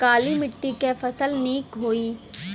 काली मिट्टी क फसल नीक होई?